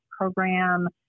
program